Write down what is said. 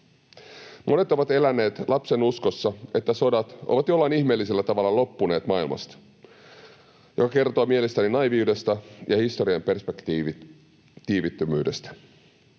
Monet ovat eläneet lapsenuskossa, että sodat ovat jollain ihmeellisellä tavalla loppuneet maailmasta, mikä kertoo mielestäni naiiviudesta ja historiaperspektiivittömyydestä,